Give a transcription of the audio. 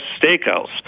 Steakhouse